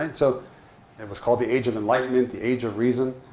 and so it was called the age of enlightenment, the age of reason.